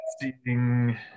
seeing